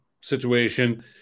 situation